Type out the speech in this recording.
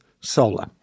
solar